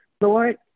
Lord